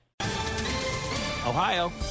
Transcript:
Ohio